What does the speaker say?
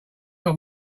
got